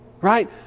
Right